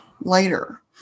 later